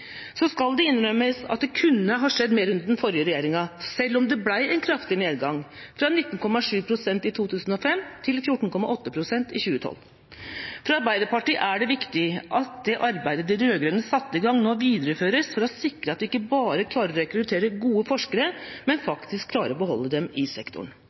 Så skal det innrømmes at det kunne ha skjedd mer under den forrige regjeringa, selv om det ble en kraftig nedgang fra 19,7 pst. i 2005 til 14,8 pst. i 2012. For Arbeiderpartiet er det viktig at det arbeidet de rød-grønne satte i gang, nå videreføres for å sikre at en ikke bare klarer å rekruttere gode forskere, men faktisk klarer å beholde dem i sektoren.